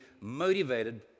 motivated